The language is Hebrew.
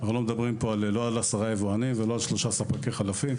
אנחנו לא מדברים פה על עשרה יבואנים או על שלושה ספקי חלפים.